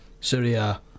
Syria